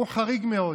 הוא חריג מאוד.